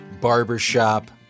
barbershop